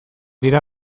dira